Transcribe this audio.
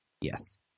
Yes